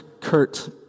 Kurt